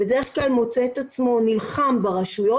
בדרך כלל מוצא את עצמו נלחם ברשויות,